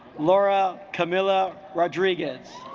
laura camilla rodriguez